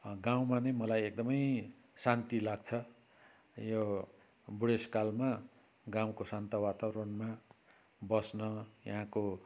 गाउँमा नै मलाई एकदमै शान्ति लाग्छ यो बुढेसकालमा गाउँको शान्त वातावरणमा बस्न यहाँको